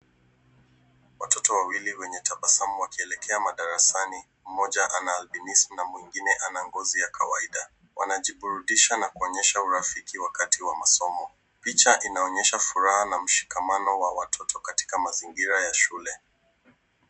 Watoto wawili wenye tabasamu wakielekea madarasani mmoja anahalbinisi na mwingine anagozi ya kawaida ,wanajiburudisha na kuonyesha urafiki kati ya masomo .Picha inaonyesha furaha na mshikamano wa watoto katika mazingira ya shule.